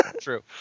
True